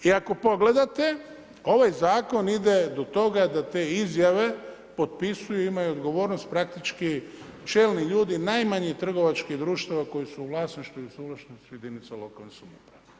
I ako pogledate ovaj zakon ide do toga da te izjave potpisuju i imaju odgovornost praktički čelni ljudi najmanjih trgovačkih društava koji su u vlasništvu i suvlasništvu jedinica lokalne samouprave.